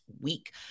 week